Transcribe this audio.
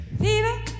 Fever